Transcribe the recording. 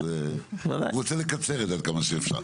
אז הוא רוצה לקצר את זה עד כמה שאפשר.